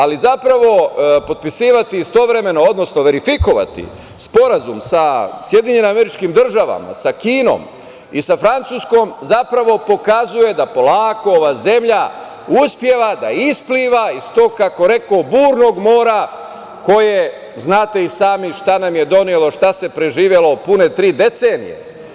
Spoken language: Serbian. Ali, zapravo potpisivati istovremeno, odnosno verifikovati sporazum sa SAD, sa Kinom i sa Francuskom zapravo pokazuje da polako ova zemlja uspeva da ispliva iz tog, kako rekoh, burnog mora koje, znate i sami, šta nam je donelo, šta se preživelo pune tri decenije.